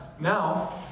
Now